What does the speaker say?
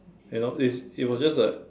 you know it it was just a